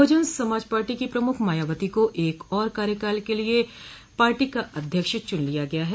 बहुजन Samaj party की प्रमुख मायावती को एक और कार्यकाल के लिये पार्टी का अध्यक्ष चुन लिया गया है